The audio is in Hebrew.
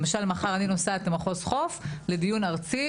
למשל מחר אני נוסעת למחוז חוף לדיון ארצי